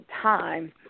time